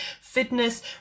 fitness